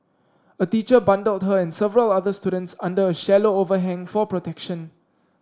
a teacher bundled her and several other students under a shallow overhang for protection